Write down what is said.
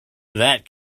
that